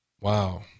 Wow